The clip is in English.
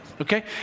okay